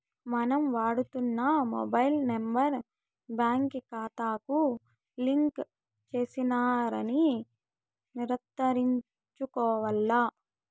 మనం వాడుతున్న mobile number బాంకీ కాతాకు లింక్ చేసినారని నిర్ధారించుకోవాల్ల